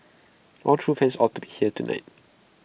all true fans ought to be here tonight